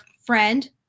friend